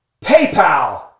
PayPal